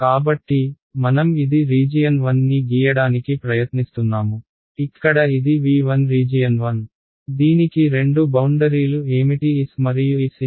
కాబట్టి మనం ఇది రీజియన్ 1 ని గీయడానికి ప్రయత్నిస్తున్నాము ఇక్కడ ఇది v1 రీజియన్ 1 దీనికి రెండు బౌండరీలు ఏమిటి S మరియు S∞